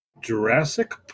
Jurassic